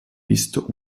visto